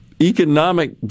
economic